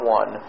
one